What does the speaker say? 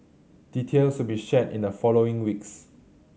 details will be shared in the following weeks